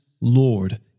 Lord